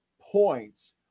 points